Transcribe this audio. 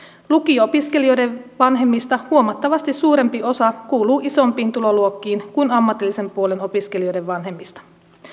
lukio opiskelijoiden vanhemmista huomattavasti suurempi osa kuuluu isompiin tuloluokkiin kuin ammatillisen puolen opiskelijoiden vanhemmista